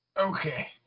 Okay